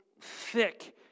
thick